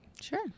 Sure